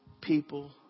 people